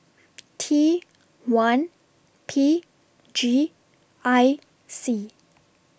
T one P G I C